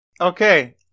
Okay